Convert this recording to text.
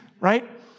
right